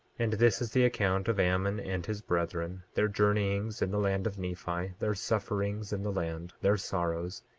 and this is the account of ammon and his brethren, their journeyings in the land of nephi, their sufferings in the land, their sorrows,